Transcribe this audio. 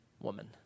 woman